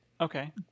Okay